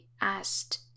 asked